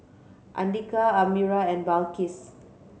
Andika Amirah and Balqis